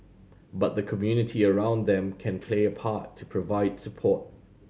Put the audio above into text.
but the community around them can play a part to provide support